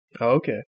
Okay